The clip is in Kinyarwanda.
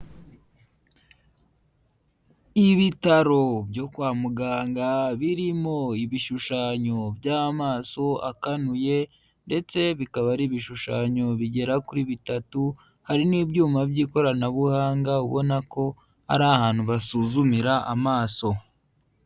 Ibitaro byo kwa muganga birimo ibishushanyo by'amaso akanuye ndetse bikaba ari ibishushanyo bigera kuri bitatu, hari n'ibyuma by'ikoranabuhanga, ubona ko ari ahantu basuzumira amaso.